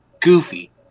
Goofy